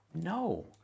No